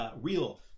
real